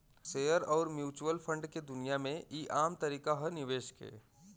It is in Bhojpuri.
शेअर अउर म्यूचुअल फंड के दुनिया मे ई आम तरीका ह निवेश के